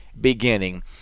beginning